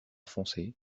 foncé